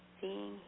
seeing